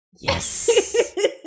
Yes